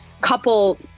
couple